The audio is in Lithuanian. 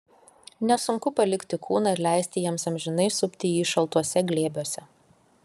nesunku palikti kūną ir leisti jiems amžinai supti jį šaltuose glėbiuose